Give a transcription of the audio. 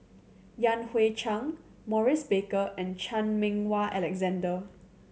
Yan Hui Chang Maurice Baker and Chan Meng Wah Alexander